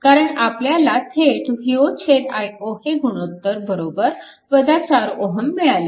कारण आपल्याला थेट V0 i0 हे गुणोत्तर 4Ω मिळाले